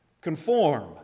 Conform